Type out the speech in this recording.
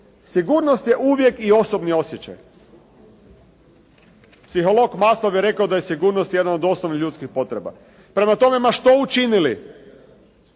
Sigurnost je uvijek i osobni osjećaj. Psiholog …/Govornik se ne razumije./… bi rekao da je sigurnost jedna od osnovnih ljudskih potreba. Prema tome, ma što učinili,